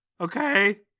okay